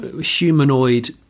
humanoid